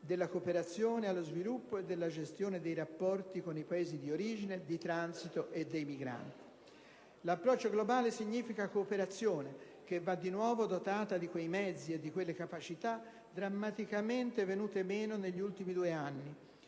della cooperazione allo sviluppo e della gestione dei rapporti con i Paesi di origine e di transito dei migranti». Approccio globale significa anche cooperazione, che va di nuovo dotata di quei mezzi e di quelle capacità drammaticamente venute meno negli ultimi due anni,